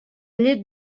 llet